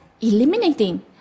eliminating